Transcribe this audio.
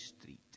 Street